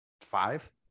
Five